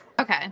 Okay